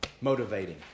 motivating